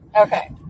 Okay